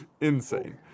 Insane